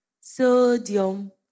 Sodium